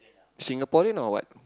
Singaporean or what